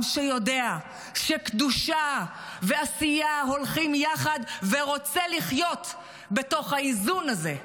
עם שיודע שקדושה ועשייה הולכים יחד ורוצה לחיות בתוך האיזון הזה,